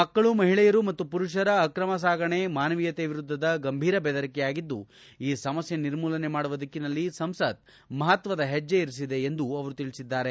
ಮಕ್ಕಳು ಮಹಿಳೆಯರು ಮತ್ತು ಪುರುಷರ ಅಕ್ರಮ ಸಾಗಣೆ ಮಾನವೀಯತೆ ವಿರುದ್ದದ ಗಂಭೀರ ಬೆದರಿಕೆಯಾಗಿದ್ದು ಈ ಸಮಸ್ಯೆ ನಿರ್ಮೂಲನೆ ಮಾಡುವ ದಿಕ್ಕಿನಲ್ಲಿ ಸಂಸತ್ ಮಹತ್ವದ ಹೆಜ್ಜೆ ಇಟ್ಟಿದೆ ಎಂದು ಅವರು ತಿಳಿಸಿದ್ದಾರೆ